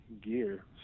gear